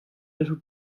little